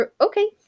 Okay